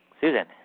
Susan